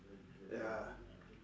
ya